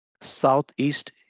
Southeast